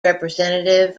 representative